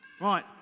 Right